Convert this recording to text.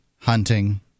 hunting